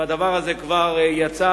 והדבר הזה כבר יצא